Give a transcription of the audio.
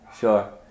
sure